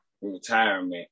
retirement